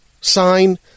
sign